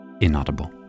inaudible